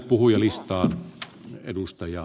arvoisa puhemies